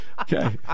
okay